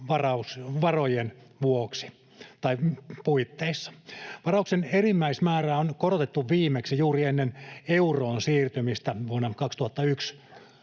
varausvarojen puitteissa. Varauksen enimmäismäärä on korotettu viimeksi juuri ennen euroon siirtymistä vuonna 2001,